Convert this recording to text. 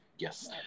Yes